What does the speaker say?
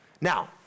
Now